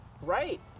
Right